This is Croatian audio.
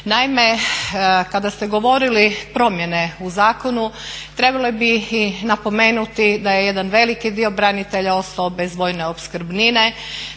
Naime, kada ste govorili promjene u zakonu trebalo bi i napomenuti da je jedan veliki dio branitelja ostao bez vojne opskrbnine